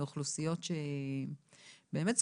לאוכלוסיות שבאמת זקוקות.